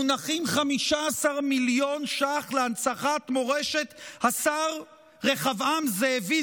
מונחים 15 מיליון שקלים להנצחת מורשת השר רחבעם זאבי,